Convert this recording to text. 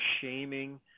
shaming